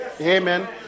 amen